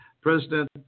President